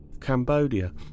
Cambodia